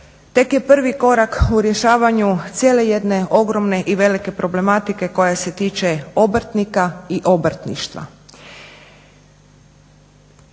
tek je prvi korak u rješavanju cijele jedne ogromne i velike problematike koja se tiče obrtnika i obrtništva.